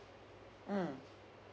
mm